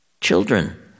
children